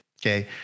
okay